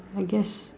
I guess